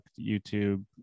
YouTube